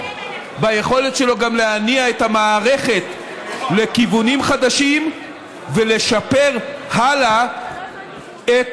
ביכולת שלו גם להניע את המערכת לכיוונים חדשים ולשפר הלאה את